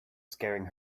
scaring